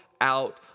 out